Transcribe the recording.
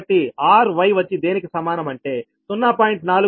కాబట్టి ry వచ్చి దేనికి సమానం అంటే 0